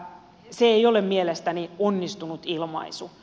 se ei ole mielestäni onnistunut ilmaisu